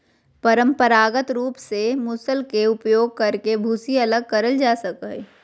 परंपरागत रूप से मूसल के उपयोग करके भूसी अलग करल जा हई,